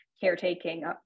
caretaking